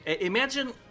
Imagine